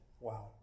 Wow